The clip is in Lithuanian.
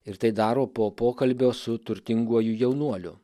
ir tai daro po pokalbio su turtinguoju jaunuoliu